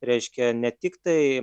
reiškia ne tik tai